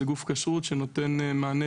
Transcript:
זה גוף כשרות שנותן מענה